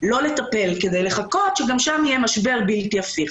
לא לטפל כדי לחכות שגם שם יהיה משבר בלתי הפיך.